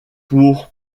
pour